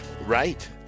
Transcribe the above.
Right